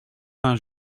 saint